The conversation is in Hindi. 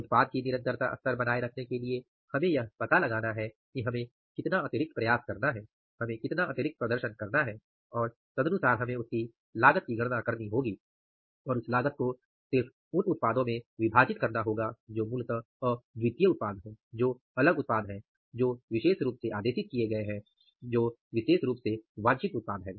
उत्पाद की निरंतरता स्तर बनाये रखने के लिए हमें यह पता लगाना है कि हमें कितना अतिरिक्त प्रयास करना है हमें कितना अतिरिक्त प्रदर्शन करना है और तदनुसार हमें उसकी लागत की गणना करनी होगी और उस लागत को सिर्फ उन उत्पादों में विभाजित करना होगा जो मूलतः अद्वितीय उत्पाद है जो अलग उत्पाद हैं विशेष रूप से आदेशित किए गए उत्पाद और विशेष रूप से वांछित उत्पाद हैं